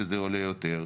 שזה עולה יותר,